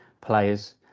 players